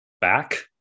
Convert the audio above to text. back